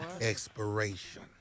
Expiration